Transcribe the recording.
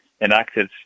enacted